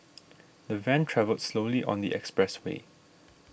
the van travelled slowly on the expressway